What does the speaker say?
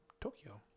Tokyo